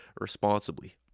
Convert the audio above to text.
responsibly